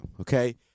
okay